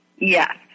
Yes